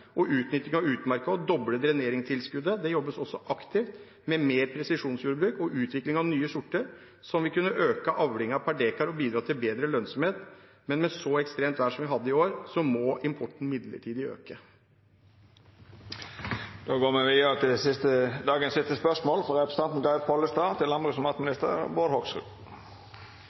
utmarka og doblet dreneringstilskuddet. Det jobbes også aktivt med mer presisjonsjordbruk og utvikling av nye sorter, slik at vi kan øke avlingen per dekar og bidra til bedre lønnsomhet. Men med så ekstremt vær som vi hadde i år, må importen midlertidig øke. Eg vil først ønskja statsråden velkomen til Stortinget, og mitt spørsmål